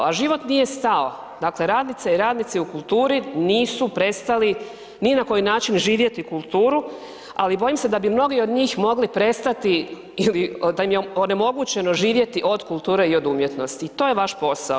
A život nije stao, dakle radnice i radnici u kulturi nisu prestali ni na koji način živjeti kulturu, ali bojim se da bi mnogi od njih mogli prestati ili da im je onemogućeno živjeti od kulture i od umjetnosti i to je vaš posao.